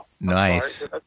Nice